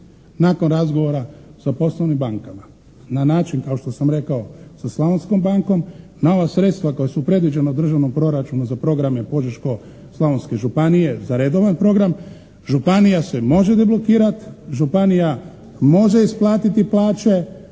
nakon razgovora sa poslovnim bankama na način kao što sam rekao sa Slavonskom bankom, na ova sredstva koja su predviđena u državnom proračunu za programe Požeško-slavonske županije za redovan program, županija se može deblokirati, županija može isplatiti plaće